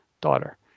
daughter